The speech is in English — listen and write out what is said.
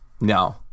No